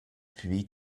puis